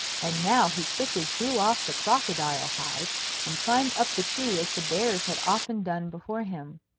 and now he quickly threw off the crocodile hide and climbed up the tree as the bears had often done before him.